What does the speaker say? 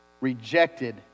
rejected